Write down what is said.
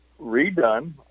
redone